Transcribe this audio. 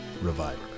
Reviver